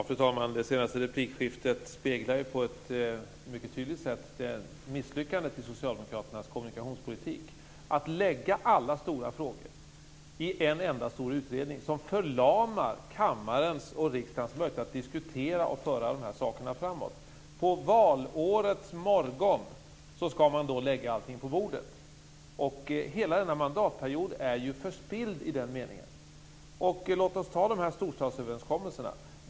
Fru talman! Det senaste replikskiftet speglar på ett mycket tydligt sätt misslyckandet i den socialdemokratiska kommunikationspolitiken. Man har lagt alla stora frågor i en enda stor utredning, som förlamar kammarens och riksdagens möjlighet att diskutera och föra de här sakerna framåt. På valårets morgon skall man lägga allting på bordet. Hela denna mandatperiod är ju förspilld i den meningen. Låt oss sedan titta på storstadsöverenskommelserna.